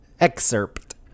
excerpt